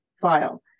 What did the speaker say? file